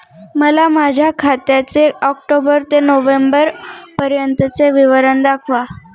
मला माझ्या खात्याचे ऑक्टोबर ते नोव्हेंबर पर्यंतचे विवरण दाखवा